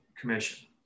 commission